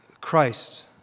Christ